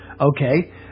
Okay